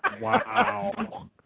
Wow